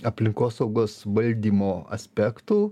aplinkosaugos valdymo aspektų